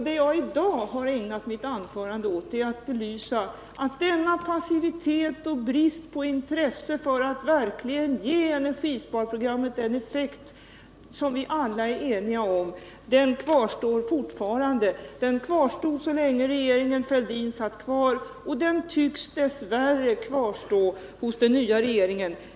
Det jag i dag ägnat mitt anförande åt är att belysa att denna passivitet och brist på intresse för att verkligen ge energisparprogrammet den effekt som vi alla är eniga om, den passiviteten kvarstår fortfarande. Den kvarstod så länge regeringen Fälldin satt kvar, och den tycks dess värre kvarstå hos den nya regeringen.